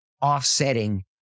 offsetting